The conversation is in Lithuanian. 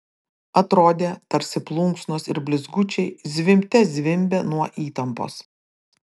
atrodė tarsi plunksnos ir blizgučiai zvimbte zvimbia nuo įtampos